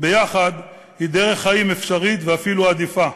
"יחד" היא דרך חיים אפשרית ואפילו עדיפה,